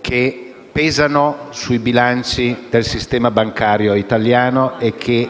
che pesano sui bilanci del sistema bancario italiano e